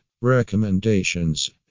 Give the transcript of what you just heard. recommendations